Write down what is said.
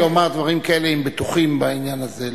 כדאי לומר דברים כאלה אם בטוחים בעניין הזה,